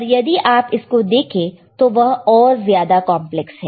पर यदि आप इसको देखें तो वह और ज्यादा कंपलेक्स है